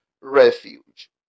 Refuge